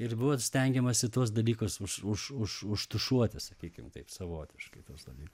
ir buvo stengiamasi tuos dalykus už už už užtušuoti sakykim taip savotiškai tuos dalykus